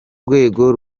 rwego